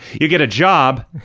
you get a job,